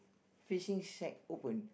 fishing shack open